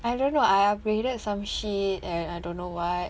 I don't know I upgraded some shit and I don't know what